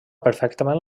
perfectament